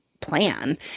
plan